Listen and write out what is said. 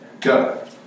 go